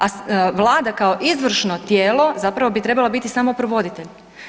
A vlada kao izvršno tijelo zapravo bi trebala biti samo provoditelj.